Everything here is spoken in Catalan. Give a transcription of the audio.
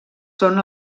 són